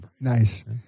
nice